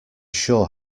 sure